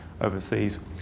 overseas